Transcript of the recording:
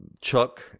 Chuck